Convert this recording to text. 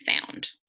found